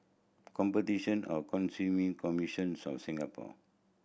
Competition of Consumer Commission Singapore